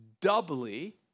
doubly